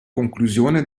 conclusione